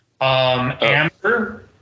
Amber